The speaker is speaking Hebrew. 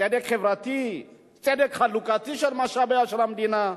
צדק חברתי, צדק חלוקתי של משאביה של המדינה.